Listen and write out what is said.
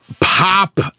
pop